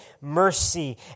mercy